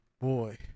boy